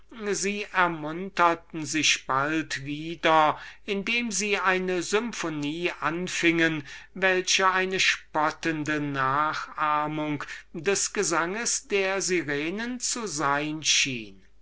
sie ermunterten sich bald wieder und fingen eine symphonie an wovon der anfang eine spottende nachahmung des gesanges der sirenen zu sein schien